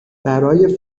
برای